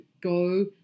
Go